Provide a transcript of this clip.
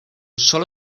solo